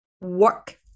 work